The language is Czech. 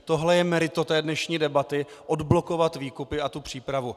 Tohle je meritum té dnešní debaty odblokovat výkupy a tu přípravu.